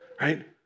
Right